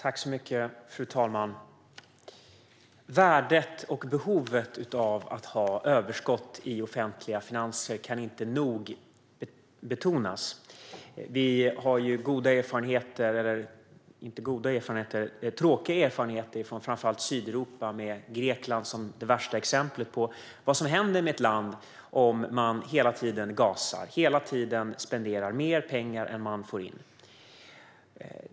Fru talman! Värdet och behovet av att ha överskott i offentliga finanser kan inte nog betonas. Vi har tråkiga erfarenheter från framför allt Sydeuropa, med Grekland som det värsta exemplet på vad som händer i ett land om man hela tiden gasar och spenderar mer pengar än man får in.